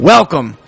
Welcome